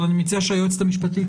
אבל אני מציע שהיועצת המשפטית,